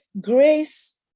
grace